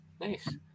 nice